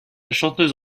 chanteuse